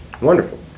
Wonderful